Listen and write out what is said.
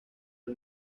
del